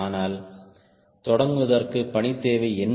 ஆனால் தொடங்குவதற்கு பணி தேவை என்ன